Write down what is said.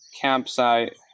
campsite